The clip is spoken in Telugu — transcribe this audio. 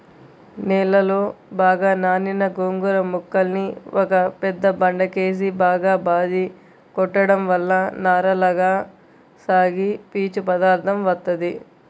నీళ్ళలో బాగా నానిన గోంగూర మొక్కల్ని ఒక పెద్ద బండకేసి బాగా బాది కొట్టడం వల్ల నారలగా సాగి పీచు పదార్దం వత్తది